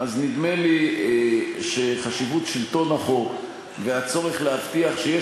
אז נדמה לי שחשיבות שלטון החוק והצורך להבטיח שיהיה